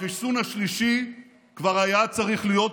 החיסון השלישי כבר היה צריך להיות פה,